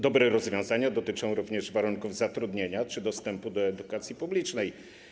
Dobre rozwiązania dotyczą również warunków zatrudnienia czy dostępu do edukacji publicznej.